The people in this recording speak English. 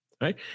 right